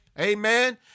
Amen